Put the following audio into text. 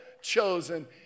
chosen